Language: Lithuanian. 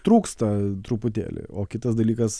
trūksta truputėlį o kitas dalykas